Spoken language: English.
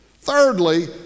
Thirdly